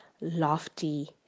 lofty